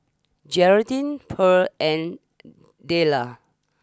Geraldine Pearl and Dillan